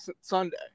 Sunday